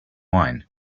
wine